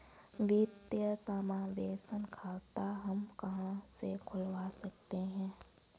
वित्तीय समावेशन खाता हम कहां से खुलवा सकते हैं?